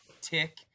tick